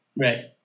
Right